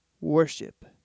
worship